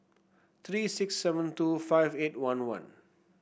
three six seven two five eight one one